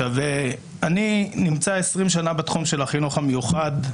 אני נמצא עשרים שנה בתחום של החינוך המיוחד,